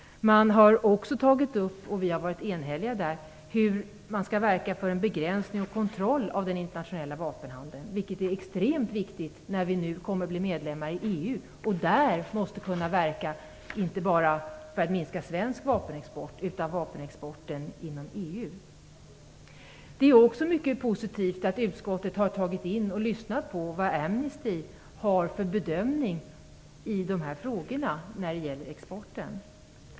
Utskottet har också tagit upp - på den punkten har vi varit ense - att vi skall verka för en begränsning och en kontroll av den internationella vapenhandeln, vilket är extremt viktigt när vi nu kommer att bli medlemmar i EU och där måste kunna verka inte bara för att minska svensk vapenexport utan vapenexporten inom EU. Det är också mycket positivt att utskottet har tagit in och lyssnat på vad Amnesty gör för bedömning i de här exportfrågorna.